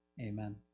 Amen